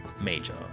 Major